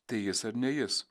tai jis ar ne jis